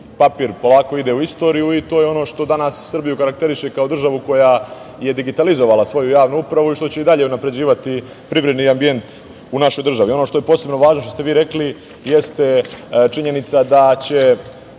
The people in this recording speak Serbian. Papir polako ide u istoriju i to je ono što danas Srbiju karakteriše kao državu koja je digitalizovala svoju javnu upravu i što će i dalje unapređivati privredni ambijentu našoj državi. Ono što je posebno važno, što ste vi rekli, jeste činjenica da će